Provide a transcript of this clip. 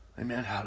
amen